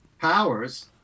powers